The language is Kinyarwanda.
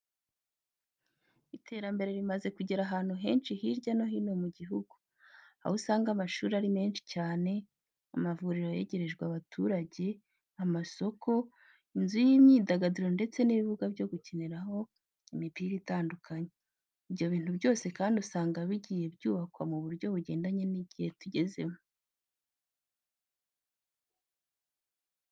Iterambere rimaze kugera ahantu henshi hirya no hino mu gihugu, aho usanga amashuri ari menshi cyane, amavuriro yegerejwe abaturage, amasoko, inzu z'imyidagaduro ndetse n'ibibuga byo gukiniraho imipira itandukanye. Ibyo bintu byose kandi usanga bigiye byubakwa mu buryo bugendanye n'igihe tugezemo.